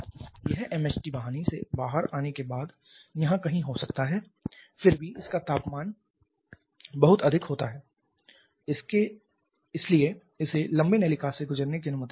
यह MHD वाहिनी से बाहर आने के बाद यहाँ कहीं हो सकता है फिर भी इसका तापमान बहुत अधिक होता है इसलिए इसे लंबे नलिका से गुजरने की अनुमति दी जाती है